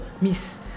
miss